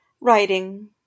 Writing